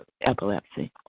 epilepsy